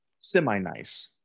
semi-nice